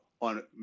on